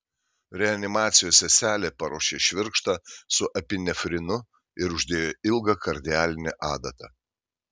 reanimacijos seselė paruošė švirkštą su epinefrinu ir uždėjo ilgą kardialinę adatą